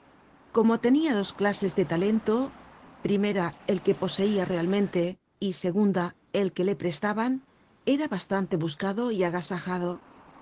como tenia dos clases de talento primera el que poseia realmente y segunda el que le prestaban era bastante buscado y agasajado